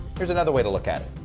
here's another way to look at it,